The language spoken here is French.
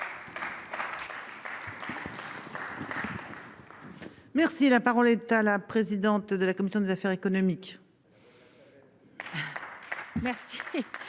de loi. La parole est à Mme la présidente de la commission des affaires économiques,